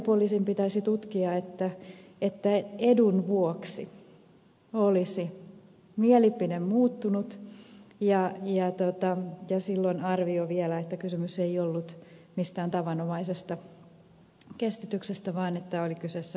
poliisin pitäisi tutkia ja todeta että edun vuoksi mielipide olisi muuttunut ja silloin olisi oltava vielä se arvio että kysymys ei ollut mistään tavanomaisesta kestityksestä vaan että oli kyseessä merkittävä etu